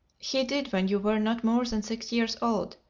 he did, when you were not more than six years old.